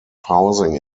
housing